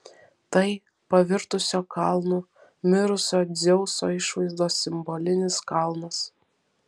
tai pavirtusio kalnu mirusio dzeuso išvaizdos simbolinis kalnas